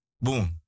boom